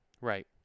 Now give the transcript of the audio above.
Right